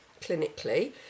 clinically